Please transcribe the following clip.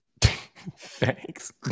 Thanks